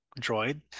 droid